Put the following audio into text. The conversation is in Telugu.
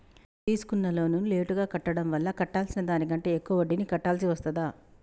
తీసుకున్న లోనును లేటుగా కట్టడం వల్ల కట్టాల్సిన దానికంటే ఎక్కువ వడ్డీని కట్టాల్సి వస్తదా?